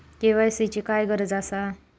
KYC ची काय गरज आसा?